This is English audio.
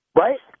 right